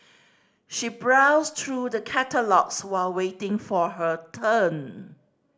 she browsed through the catalogues while waiting for her turn